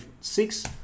six